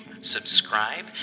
subscribe